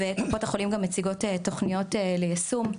קופות החולים מציגות גם תוכניות ליישום.